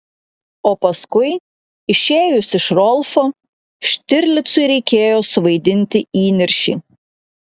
o paskui išėjus iš rolfo štirlicui reikėjo suvaidinti įniršį